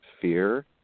fear